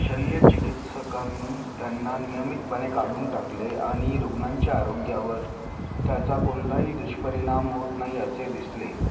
शल्यचिकित्सकांनी त्यांना नियमितपणे काढून टाकले आणि रुग्णांच्या आरोग्यावर त्याचा कोणताही दुष्परिणाम होत नाही असे दिसले